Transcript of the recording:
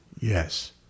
Yes